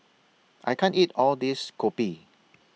I can't eat All This Kopi